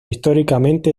históricamente